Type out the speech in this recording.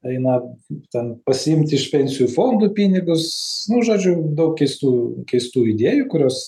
eina ten pasiimt iš pensijų fondų pinigus nu žodžiu daug keistų keistų idėjų kurios